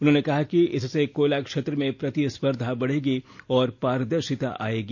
उन्होंने कहा कि इससे कोयला क्षेत्र में प्रतिस्पर्धा बढ़ेगी और पारदर्शिता आएगी